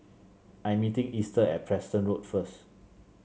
I am meeting Easter at Preston Road first